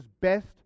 best